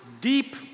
deep